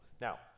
Now